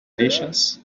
patience